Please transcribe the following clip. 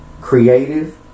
creative